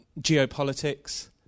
geopolitics